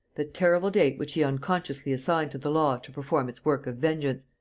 the terrible date which he unconsciously assigned to the law to perform its work of vengeance,